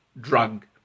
drug